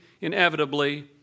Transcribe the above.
inevitably